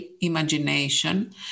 imagination